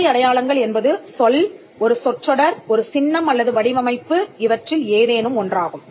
சேவை அடையாளங்கள் என்பது சொல் ஒரு சொற்றொடர் ஒரு சின்னம் அல்லது வடிவமைப்பு இவற்றில் ஏதேனும் ஒன்றாகும்